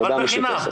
עבודה משותפת.